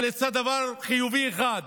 אבל יצא דבר חיובי אחד